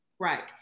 right